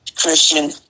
Christian